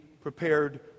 prepared